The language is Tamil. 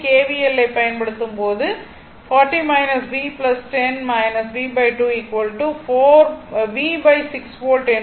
எல் ஐ பயன்படுத்தும்போது 40 v 10 v 2 v6 v என்று இருக்கும்